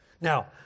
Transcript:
Now